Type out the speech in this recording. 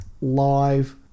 live